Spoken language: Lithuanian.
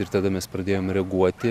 ir tada mes pradėjom reaguoti